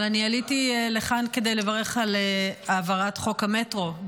אבל אני עליתי לכאן כדי לברך על העברת חוק המטרו,